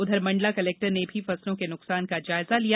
उधर मंडला कलेक्टर ने भी फसलों के नुकसान का जायजा लिया